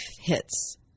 hits